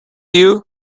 you